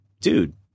dude